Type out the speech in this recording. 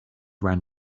ran